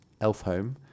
Elfhome